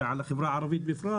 ועל החברה הערבית בפרט,